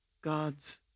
God's